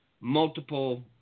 Multiple